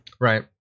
Right